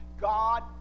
god